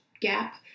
gap